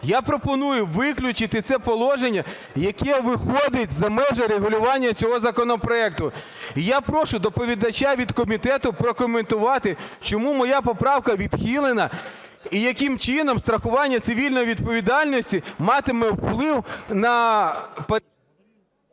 Я пропоную виключити це положення, яке виходить за межі регулювання цього законопроекту. І я прошу доповідача від комітету прокоментувати, чому моя поправка відхилена, і яким чином страхування цивільної відповідальності матиме вплив на...